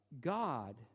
God